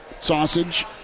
sausage